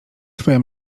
twoja